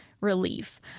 relief